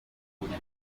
uburyo